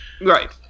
Right